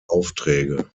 aufträge